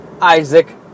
Isaac